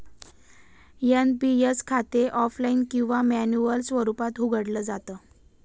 NPS खाते offline किंवा manual स्वरूपात उघडलं जात